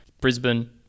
Brisbane